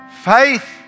Faith